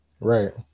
Right